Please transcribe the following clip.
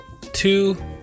two